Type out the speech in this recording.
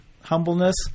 humbleness